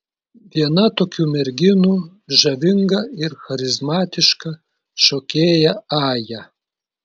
viena tokių merginų žavinga ir charizmatiška šokėja aja